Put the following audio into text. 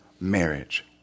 marriage